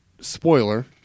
spoiler